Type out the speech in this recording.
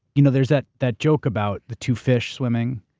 you know there's that that joke about the two fish swimming.